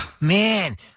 man